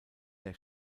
der